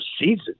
season